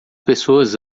pessoas